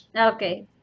Okay